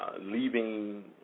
leaving